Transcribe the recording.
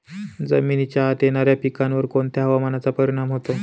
जमिनीच्या आत येणाऱ्या पिकांवर कोणत्या हवामानाचा परिणाम होतो?